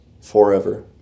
forever